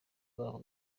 wabo